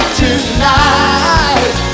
tonight